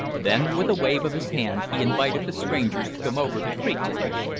then with a wave of his hand he invited the strangers to come over the creek to him.